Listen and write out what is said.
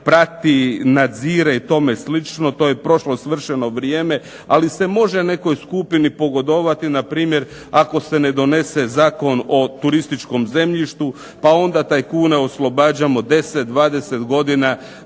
prati, nadzire i tome slično. To je prošlo svršeno vrijeme, ali se može nekoj skupini pogodovati npr. ako se ne donese Zakon o turističkom zemljištu pa onda tajkune oslobađamo 10, 20 godina